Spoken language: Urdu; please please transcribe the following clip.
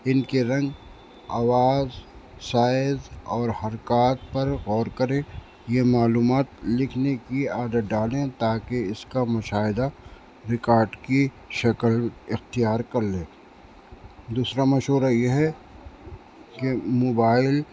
ان کے رنگ آواز سائز اور حرکات پر غور کریں یہ معلومات لکھنے کی عادت ڈالیں تاکہ اس کا مشاہدہ ریکارڈ کی شکل اختیار کر لیں دوسرا مشورہ یہ ہے کہ موبائل